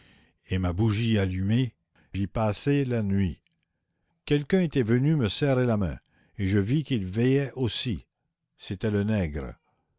et ma bougie allumée j'y passai la nuit quelqu'un était venu me serrer la main et je vis qu'il la commune veillait aussi c'était le nègre